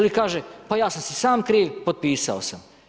Pa kaže, pa ja sam si sam kriv potpisao sam.